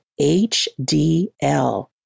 HDL